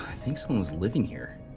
think someone was living here.